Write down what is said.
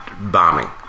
bombing